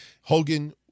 Hogan